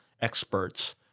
experts